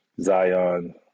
zion